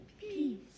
Peace